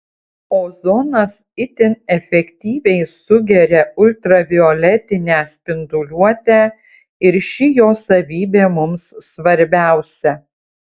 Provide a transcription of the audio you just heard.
ozonas itin efektyviai sugeria ultravioletinę spinduliuotę ir ši jo savybė mums svarbiausia